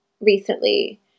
recently